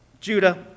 Judah